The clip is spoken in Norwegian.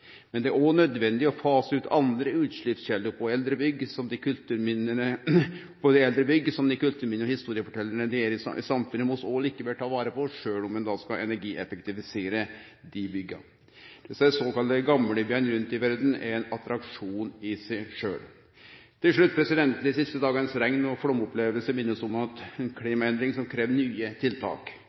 Men det er òg nødvendig å fase ut andre utsleppskjelder på dei eldre bygga, som dei kulturminne- og historieforteljarane dei er i samfunnet. Det må vi òg likevel ta vare på, sjølv om ein skal energieffektivisere bygga. Dei såkalla gamlebyane rundt i verda er ein attraksjon i seg sjølve. Til slutt: Dei siste daganes regn og flaumopplevingar minner oss om ei klimaendring som krev nye tiltak.